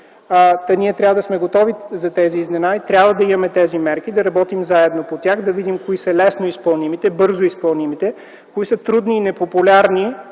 Та ние трябва да сме готови за тези изненади, трябва да имаме тези мерки, да работим заедно по тях, да видим кои са лесно изпълнимите, бързо изпълнимите, кои са трудни и непопулярни,